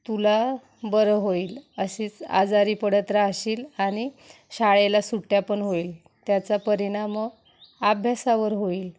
तुला बरं होईल अशीच आजारी पडत राहशील आणि शाळेला सुट्ट्या पण होईल त्याचा परिणाम अभ्यासावर होईल